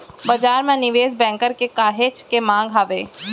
बजार म निवेस बेंकर के काहेच के मांग हावय